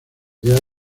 ideas